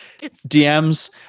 DMs